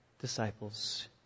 disciples